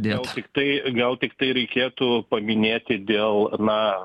vėl tiktai gal tiktai reikėtų paminėti dėl na